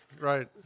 right